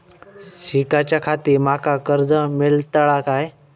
शिकाच्याखाती माका कर्ज मेलतळा काय?